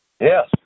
Yes